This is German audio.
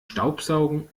staubsaugen